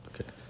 okay